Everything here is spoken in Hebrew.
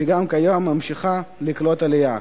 שגם כיום ממשיכה לקלוט עלייה,